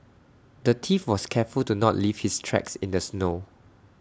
the thief was careful to not leave his tracks in the snow